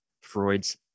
Freud's